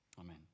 Amen